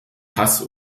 hass